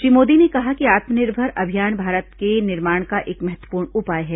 श्री मोदी ने कहा कि आत्मनिर्भर अभियान भारत के निर्माण का एक महत्वपूर्ण उपाय है